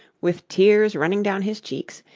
with tears running down his cheeks,